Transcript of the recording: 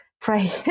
pray